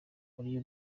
wariye